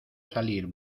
salir